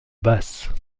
basse